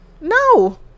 No